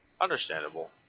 Understandable